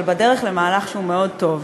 אבל בדרך למהלך שהוא מאוד טוב.